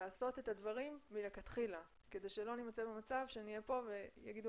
לעשות את הדברים מלכתחילה כדי שלא נימצא במצב שנהיה כאן ויגידו